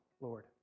Lord